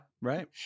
Right